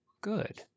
good